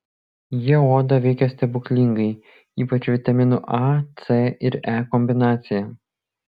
jie odą veikia stebuklingai ypač vitaminų a c ir e kombinacija